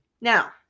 Now